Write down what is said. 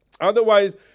Otherwise